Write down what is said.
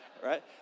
right